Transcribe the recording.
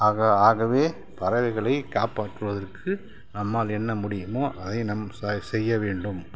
ஆக ஆகவே பறவைகளை காப்பாற்றுவதற்கு நம்மால் என்ன முடியுமோ அதை நம் செய்ய வேண்டும்